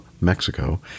Mexico